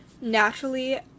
naturally